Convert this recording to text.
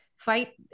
fight